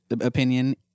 opinion